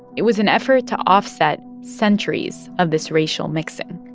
it was an effort to offset centuries of this racial mixing